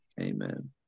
Amen